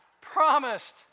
promised